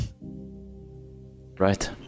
Right